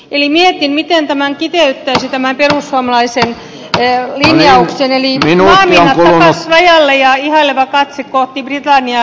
eli mietin miten tämän kiteyttäisi tämän perussuomalaisen linjauksen eli maamiinat takaisin rajalle ja ihaileva katse kohti britannian cityn pankkiireja